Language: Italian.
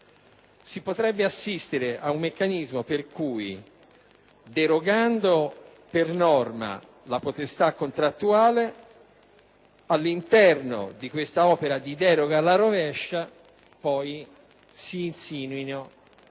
Si potrebbe assistere ad un meccanismo per cui, derogando per norma la potestà contrattuale, all'interno di questa opera di deroga alla rovescia, si insinuino